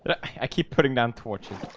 i keep putting down torches